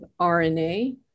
RNA